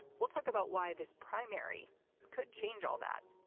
we'll talk about why this primary could change all that.